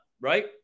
right